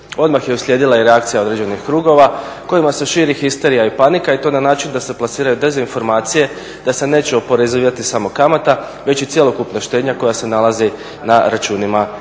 Odmah je uslijedila i reakcija određenih krugova kojima se širi histerija i panika i to na način da se plasiraju dezinformacije da se neće oporezivati samo kamata već i cjelokupna štednja koja se nalazi na računima